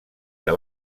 que